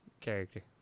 character